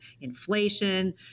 inflation